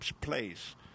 place